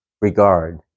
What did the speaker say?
regard